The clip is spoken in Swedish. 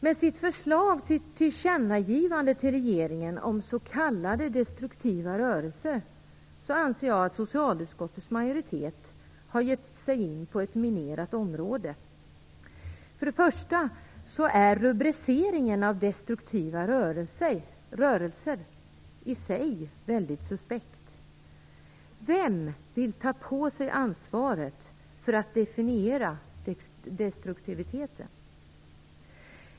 Med sitt förslag om tillkännagivande till regeringen om s.k. destruktiva rörelser anser jag att socialutskottets majoritet har gett sig in på ett minerat område. Först och främst är rubriceringen destruktiva rörelser i sig väldigt suspekt. Vem vill ta på sig ansvaret att definiera destruktiviteten?